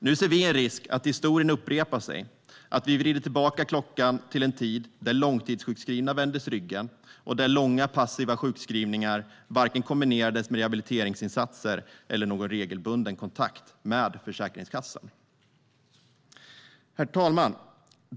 Nu ser vi en risk för att historien upprepar sig, att vi vrider tillbaka klockan till en tid då långtidssjukskrivna vändes ryggen och då långa, passiva sjukskrivningar inte kombinerades med vare sig några rehabiliteringsinsatser eller någon regelbunden kontakt med Försäkringskassan. Herr talman!